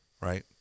right